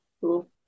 Cool